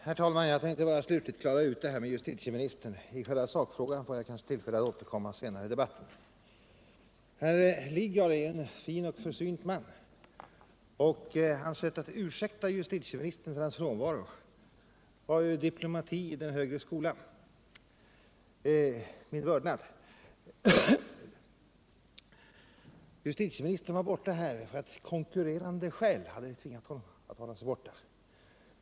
Herr talman! Jag tänkte bara slutligt klara ut det här med justitieministern. I själva sakfrågan får jag kanske tillfälle att återkomma senare i debatten. Herr Lidgard är en fin och försynt man, och hans sätt att ursäkta justitieministern för hans frånvaro var ju diplomati i den högre skolan. Min vördnad! Justitieministern var borta från kammaren för att konkurrerande engagemang hade tvingat honom till detta.